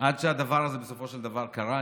עד שהדבר הזה בסופו של דבר קרה.